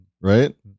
Right